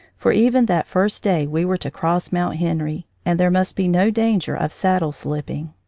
for even that first day we were to cross mount henry, and there must be no danger of saddle slipping.